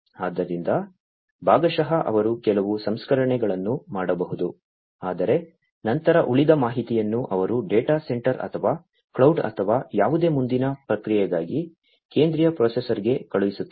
ಆದ್ದರಿಂದ ಭಾಗಶಃ ಅವರು ಕೆಲವು ಸಂಸ್ಕರಣೆಗಳನ್ನು ಮಾಡಬಹುದು ಆದರೆ ನಂತರ ಉಳಿದ ಮಾಹಿತಿಯನ್ನು ಅವರು ಡೇಟಾ ಸೆಂಟರ್ ಅಥವಾ ಕ್ಲೌಡ್ ಅಥವಾ ಯಾವುದೇ ಮುಂದಿನ ಪ್ರಕ್ರಿಯೆಗಾಗಿ ಕೇಂದ್ರೀಯ ಪ್ರೊಸೆಸರ್ಗೆ ಕಳುಹಿಸುತ್ತಾರೆ